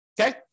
okay